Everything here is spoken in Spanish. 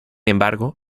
embargo